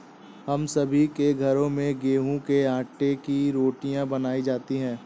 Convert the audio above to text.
हम सभी के घरों में गेहूं के आटे की रोटियां बनाई जाती हैं